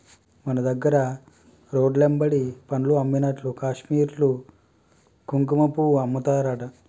మన దగ్గర రోడ్లెమ్బడి పండ్లు అమ్మినట్లు కాశ్మీర్ల కుంకుమపువ్వు అమ్ముతారట